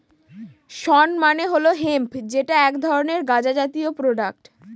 শণ মানে হল হেম্প যেটা এক ধরনের গাঁজা জাতীয় প্রোডাক্ট